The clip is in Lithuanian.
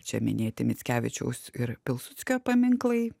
čia minėti mickevičiaus ir pilsudskio paminklai